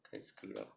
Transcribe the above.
quite screw up